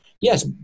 yes